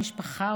משפחה,